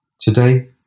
Today